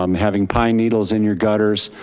um having pine needles in your gutters.